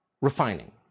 refining